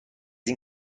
این